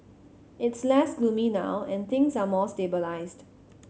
it's less gloomy now and things are more stabilised